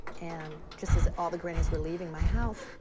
and just as all the grannies were leaving my house,